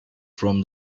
from